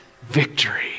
victory